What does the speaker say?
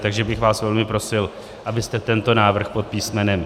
Takže bych vás velmi prosil, abyste tento návrh pod písm.